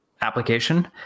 application